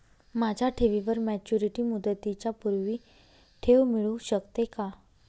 माझ्या ठेवीवर मॅच्युरिटी मुदतीच्या पूर्वी ठेव मिळू शकते का?